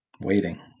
waiting